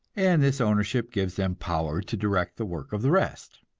and this ownership gives them power to direct the work of the rest.